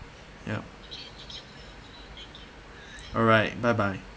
yup alright bye bye